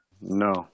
No